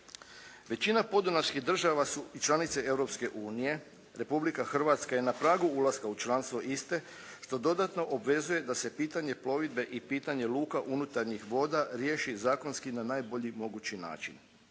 Većina podunavskih država su i članice Europske unije, Republika Hrvatska je na pragu ulaska u članstvo iste što dodatno obvezuje da se pitanje plovidbe i pitanje luka unutarnjih voda riješi zakonski na najbolji mogući način.